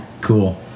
Cool